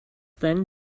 then